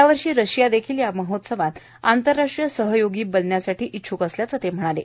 यावर्षी रशियादेखील या महोत्सवात आंतरराष्ट्रीय सहयोगी बनण्यासाठी इच्छुक असल्याचं ते म्हणाले